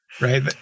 Right